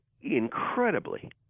incredibly